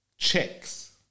Checks